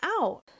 out